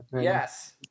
Yes